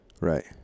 Right